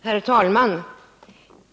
Herr talman!